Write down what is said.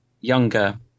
younger